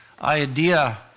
idea